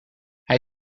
hij